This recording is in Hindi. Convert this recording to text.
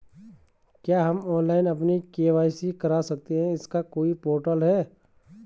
क्या हम ऑनलाइन अपनी के.वाई.सी करा सकते हैं इसका कोई पोर्टल है?